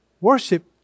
worship